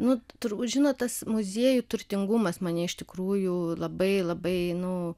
nu turbūt žinot tas muziejų turtingumas mane iš tikrųjų labai labai nu